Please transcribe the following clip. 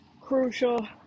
crucial